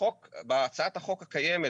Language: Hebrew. בהצעת החוק הקיימת,